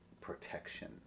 protection